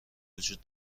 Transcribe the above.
وجود